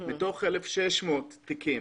מתוך 1,600 תיקים.